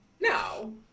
No